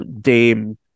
Dame